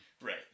Right